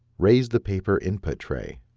raise the paper input tray.